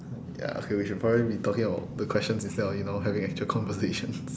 ya okay we should be probably talking about the questions instead of you know having actual conversations